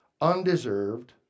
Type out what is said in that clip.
undeserved